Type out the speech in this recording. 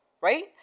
Right